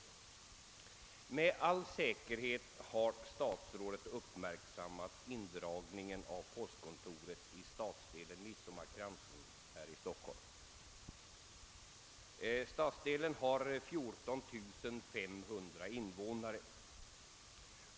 Statsrådet har med all säkerbet uppmärksammat indragningen av postkontoret i stadsdelen Midsommarkransen här i Stockholm, som har 14 500 invånare.